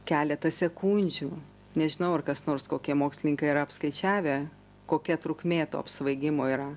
keletą sekundžių nežinau ar kas nors kokie mokslininkai yra apskaičiavę kokia trukmė to apsvaigimo yra